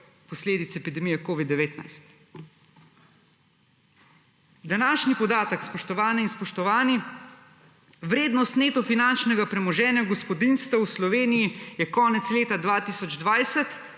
posledic epidemije COVID-19. Današnji podatek, spoštovane in spoštovani, vrednost neto finančnega premoženja gospodinjstev v Sloveniji je konec leta 2020